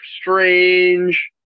Strange